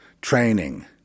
training